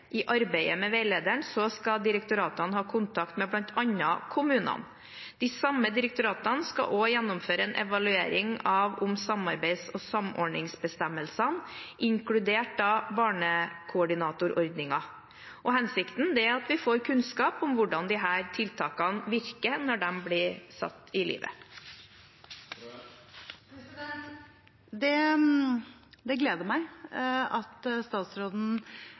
I arbeidet med veilederen skal direktoratene ha kontakt med bl.a. kommunene. De samme direktoratene skal også gjennomføre en evaluering av samarbeids- og samordningsbestemmelsene, inkludert barnekoordinatorordningen. Hensikten er å få kunnskap om hvordan tiltakene virker når de blir satt ut i livet. Det gleder meg at statsråden er tydelig på hvordan man vil følge det. Jeg mener også at det er positivt at